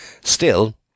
Still